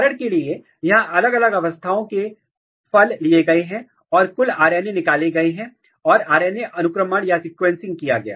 उदाहरण के लिए यहां अलग अलग अवस्थाओं के फल लिए गए हैं और कुल आरएनए निकाले गए और आरएनए अनुक्रमण किया गया